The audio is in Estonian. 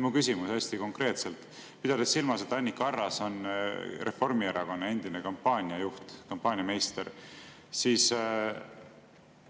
mu küsimus hästi konkreetselt. Pidades silmas, et Annika Arras on Reformierakonna endine kampaaniajuht, kampaaniameister,